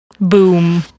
Boom